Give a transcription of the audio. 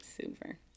Super